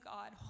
God